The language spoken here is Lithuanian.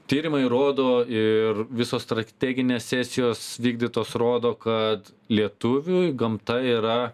tyrimai rodo ir visos strateginės sesijos vykdytos rodo kad lietuviui gamta yra